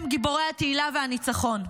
הם גיבורי התהילה והניצחון.